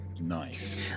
Nice